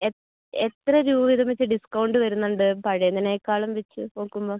എത്ര എത്ര രൂപ വീതം വച്ച് ഡിസ്കൗണ്ട് വരുന്നുണ്ട് പഴയതിനേക്കാളും വച്ച് നോക്കുമ്പം